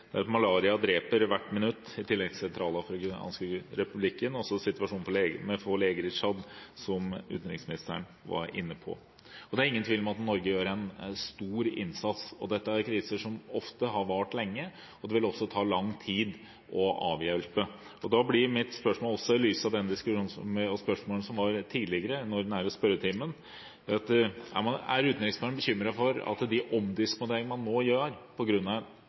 ingen tvil om at Norge gjør en stor innsats. Dette er kriser som ofte har vart lenge. Det vil også ta lang tid å avhjelpe. Da blir mitt spørsmål – også i lys av diskusjonen og spørsmålene tidligere i den ordinære spørretimen: Er utenriksministeren bekymret for at de omdisponeringer man nå foretar på grunn av en ekstraordinær situasjon med mange flyktninger til Norge, gjør